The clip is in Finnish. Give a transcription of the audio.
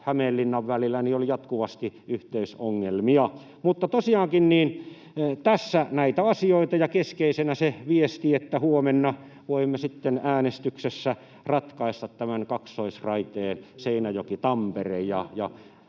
Hämeenlinnan välillä oli jatkuvasti yhteysongelmia. Mutta tosiaankin tässä näitä asioita, ja keskeisenä se viesti, että huomenna voimme sitten äänestyksessä ratkaista tämän kaksoisraiteen Seinäjoki—Tampere.